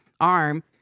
arm